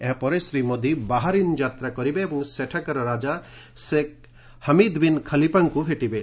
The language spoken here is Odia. ଏହା ପରେ ଶ୍ରୀ ମୋଦି ବାହାରିନ୍ ଯାତ୍ରା କରିବେ ଏବଂ ସେଠାକାର ରାଜା ସେଖ୍ ହମିଦ୍ବିନ୍ ଖଲିପାଙ୍କୁ ଭେଟିବେ